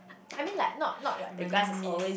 I mean like not not like really miss